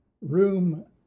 room